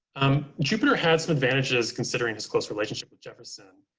um jupiter had some advantages considering his close relationship with jefferson.